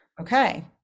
okay